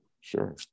sure